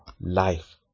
life